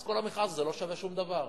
אז כל המכרז הזה לא שווה שום דבר.